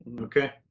Okay